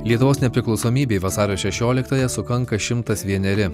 lietuvos nepriklausomybei vasario šešioliktąją sukanka šimtas vieneri